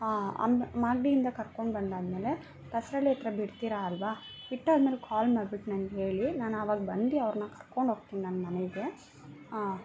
ಅಮ್ ಮಾಗಡಿಯಿಂದ ಕರ್ಕೊಂಡು ಬಂದಾದ ಮೇಲೆ ದಾಸರಳ್ಳಿ ಹತ್ರ ಬಿಡ್ತೀರ ಅಲ್ಲವಾ ಬಿಟ್ಟಾದ್ಮೇಲೆ ಕಾಲ್ ಮಾಡ್ಬಿಟ್ಟು ನಂಗೆ ಹೇಳಿ ನಾನು ಆವಾಗ ಬಂದು ಅವ್ರನ್ನ ಕರ್ಕೊಂಡೋಗ್ತೀನಿ ನನ್ನ ಮನೆಗೆ